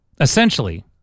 Essentially